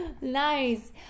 Nice